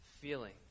feeling